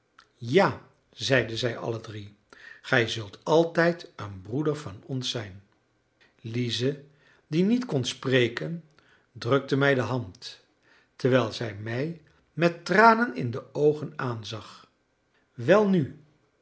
ja zeiden zij alle drie gij zult altijd een broeder van ons zijn lize die niet kon spreken drukte mij de hand terwijl zij mij met tranen in de oogen aanzag welnu